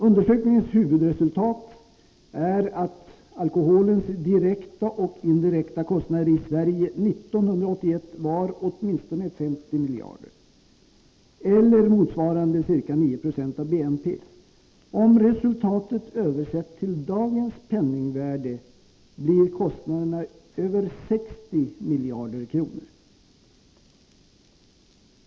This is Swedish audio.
Undersökningens huvudresultat är att alkoholens direkta och indirekta kostnader i Sverige 1981 var åtminstone 50 miljarder kronor eller motsvarande ca 9 20 av BNP. Om resultatet översätts till dagens penningvärde blir kostnaderna över 60 miljarder kronor.